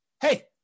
hey